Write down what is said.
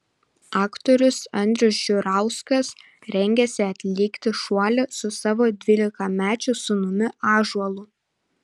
aktorius andrius žiurauskas rengiasi atlikti šuolį su savo dvylikamečiu sūnumi ąžuolu